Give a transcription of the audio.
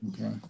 Okay